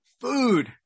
Food